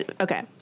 Okay